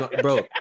bro